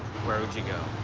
where would you go?